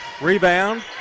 Rebound